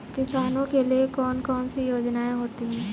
किसानों के लिए कौन कौन सी योजनायें होती हैं?